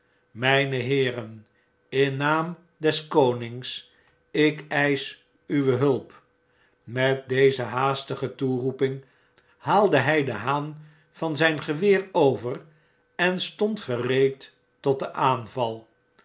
mgne heeren in naam des konings ik eisch uwe hulp met deze haastige toeroeping haalde hij den haan van zijn geweer over en stond gereed tot den aanval